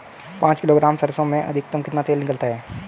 पाँच किलोग्राम सरसों में अधिकतम कितना तेल निकलता है?